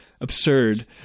absurd